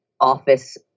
office